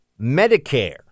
Medicare